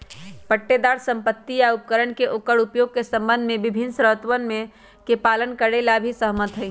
पट्टेदार संपत्ति या उपकरण के ओकर उपयोग के संबंध में विभिन्न शर्तोवन के पालन करे ला भी सहमत हई